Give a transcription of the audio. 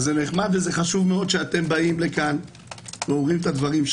חשוב שאתם אומרים את הדברים.